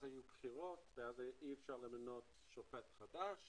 היו בחירות ואי אפשר היה למנות שופט חדש